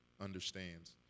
understands